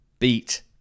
Beat